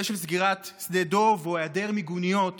סגירת שדה דב או היעדר מיגוניות